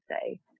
say